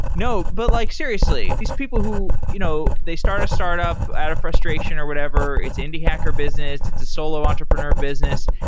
no, but like seriously, these people who you know they start a startup out of frustration or whatever, it's indie hacker business, it's a solo entrepreneur business.